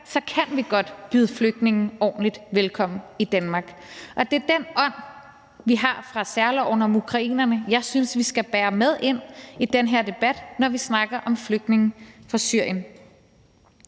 så kan vi godt byde flygtninge ordentligt velkommen i Danmark. Og det er den ånd, vi har fra særloven om ukrainerne, jeg synes vi kan bære med ind i den her debat, når vi snakker om flygtninge fra Syrien.